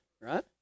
right